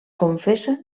confessa